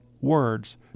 words